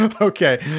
Okay